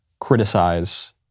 criticize